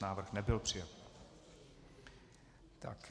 Návrh nebyl přijat.